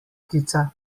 ptica